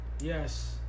Yes